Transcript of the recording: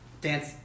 Dance